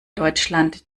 deutschland